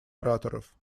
ораторов